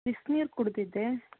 ಬಿಸಿನೀರು ಕುಡಿದಿದ್ದೆ